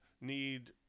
need